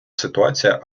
ситуація